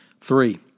Three